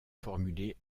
formulées